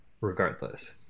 regardless